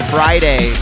Friday